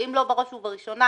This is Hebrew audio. ואם לא בראש ובראשונה,